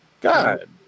God